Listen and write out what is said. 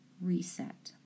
Reset